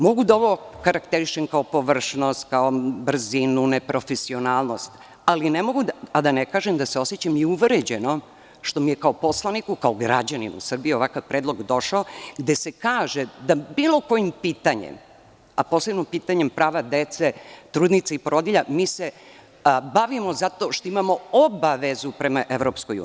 Mogu da ovo okarakterišem kao površnost, kao brzinu, neprofesionalnost, ali ne mogu a da ne kažem da se osećam i uvređeno što mi je kao poslaniku, kao građaninu Srbije ovakav predlog došao, gde se kaže da bilo kojim pitanjem, a posebno prava dece, trudnica i porodilja, mi se bavimo zato što imamo obavezu prema EU.